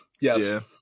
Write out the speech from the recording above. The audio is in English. Yes